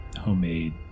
homemade